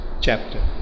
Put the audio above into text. chapter